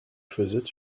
faisaient